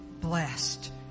blessed